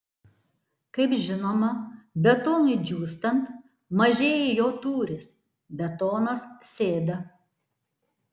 kaip žinoma betonui džiūstant mažėja jo tūris betonas sėda